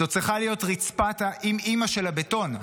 זו צריכה להיות רצפת האימ-אימא של הבטון,